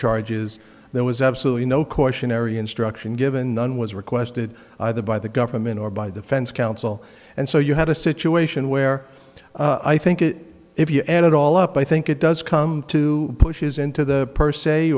charges there was absolutely no cautionary instruction given none was requested either by the government or by the fence counsel and so you have a situation where i think it if you add it all up i think it does come to pushes into the per se